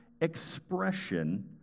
expression